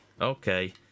Okay